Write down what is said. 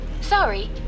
Sorry